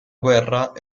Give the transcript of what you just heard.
guerra